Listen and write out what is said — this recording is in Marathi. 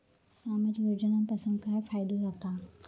सामाजिक योजनांपासून काय फायदो जाता?